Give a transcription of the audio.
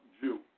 Jew